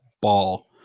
ball